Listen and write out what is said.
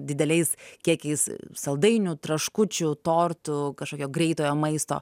dideliais kiekiais saldainių traškučių tortų kažkokio greitojo maisto